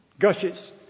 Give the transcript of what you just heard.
Gushes